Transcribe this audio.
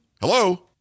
hello